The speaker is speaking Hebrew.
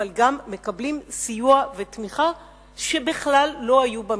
אבל גם מקבלים סיוע ותמיכה שבכלל לא היו במכרז.